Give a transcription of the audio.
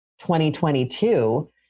2022